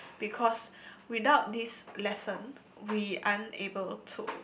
because without this lesson we unable to